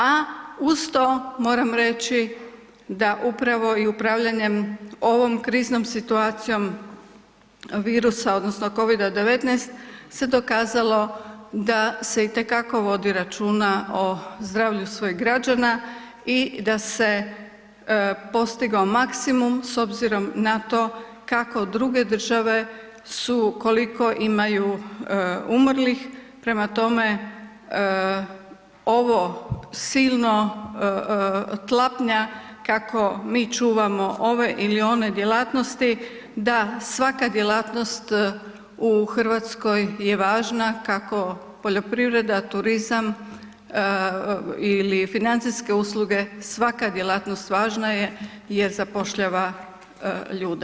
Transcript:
A uz to moram reći da upravo i upravljanjem ovom kriznom situacijom virusa odnosno COVIDa-19 se dokazalo da se itekako vodi računa o zdravlju svojih građana i da se postigao maksimum s obzirom kako druge države koliko imaju umrlih, Prema tome ovo silno tlapnja kako mi čuvamo ove ili one djelatnosti, da svaka djelatnost u Hrvatskoj ja važna kako poljoprivreda, turizam ili financijske usluge, svaka djelatnost je važna jer zapošljava ljude.